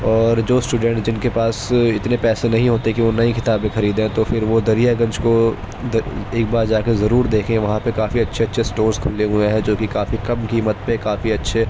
اور جو اسٹوڈینٹ جن کے پاس اتنے پیسے نہیں ہوتے کہ وہ نئی کتابیں خریدیں تو پھر وہ دریا گنج كو ایک بار جا كر ضرور دیکھیں وہاں پہ کافی اچھے اچھے اسٹورس کھلے ہوئے ہیں جوکہ کافی کم قیمت پہ کافی اچھے